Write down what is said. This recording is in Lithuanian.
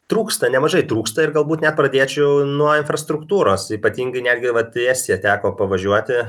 trūksta nemažai trūksta ir galbūt net pradėčiau nuo infrastruktūros ypatingai netgi vat į estjią teko pavažiuoti